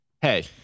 hey